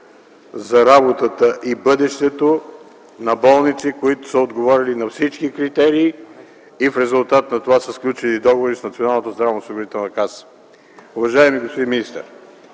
за работата и бъдещето на болници, които са отговорили на всички критерии и в резултат на това са сключили договори с Националната здравноосигурителна каса. Уважаеми господин министър,